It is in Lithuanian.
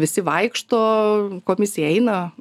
visi vaikšto komisija eina